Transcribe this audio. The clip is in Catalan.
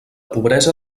pobresa